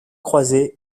croisés